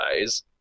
guys